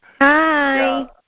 Hi